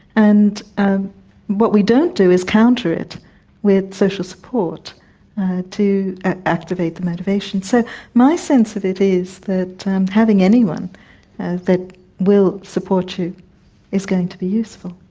and what we don't do is counter it with social support to activate the motivation. so my sense of it is that having anyone that will support you is going to be useful.